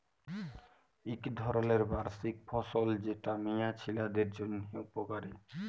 ইক ধরলের বার্ষিক ফসল যেট মিয়া ছিলাদের জ্যনহে উপকারি